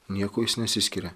niekuo jis nesiskiria